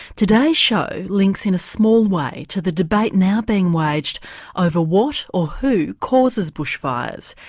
today's show links in a small way to the debate now being waged over what, or who, causes bushfires.